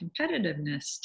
Competitiveness